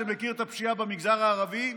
שמכיר את הפשיעה במגזר הערבי,